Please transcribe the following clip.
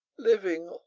living,